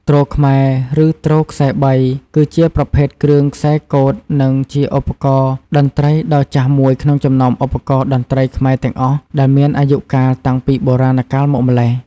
ទ្រខ្មែរ ឬទ្រខ្សែ៣ គឺជាប្រភេទគ្រឿងខ្សែកូតនិងជាឧបករណ៍តន្ត្រីដ៏ចាស់មួយក្នុងចំណោមឧបករណ៍តន្ត្រីខ្មែរទាំងអស់ដែលមានអាយុកាលតាំងពីបុរាណកាលមកម្ល៉េះ។